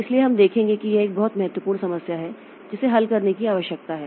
इसलिए हम देखेंगे कि यह एक बहुत महत्वपूर्ण समस्या है जिसे हल करने की आवश्यकता है